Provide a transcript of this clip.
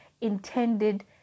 intended